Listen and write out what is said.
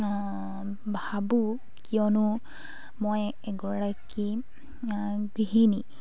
ভাবোঁ কিয়নো মই এগৰাকী গৃহিণী